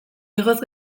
igoz